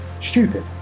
stupid